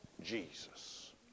Jesus